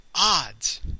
odds